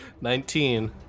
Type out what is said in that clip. Nineteen